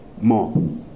more